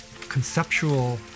conceptual